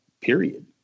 period